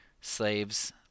slaves